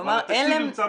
אבל התקציב נמצא ברשות.